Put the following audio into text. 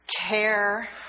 care